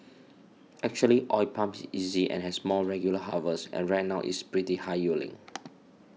actually oil palm is easy and has more regular harvests and right now it's pretty high yielding